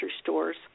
stores